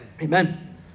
Amen